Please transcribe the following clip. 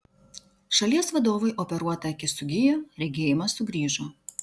šalies vadovui operuota akis sugijo regėjimas sugrįžo